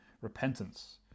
Repentance